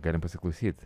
galim pasiklausyt